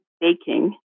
Baking